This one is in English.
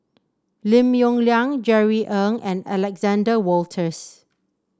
Lim Yong Liang Jerry Ng and Alexander Wolters